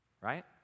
right